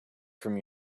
from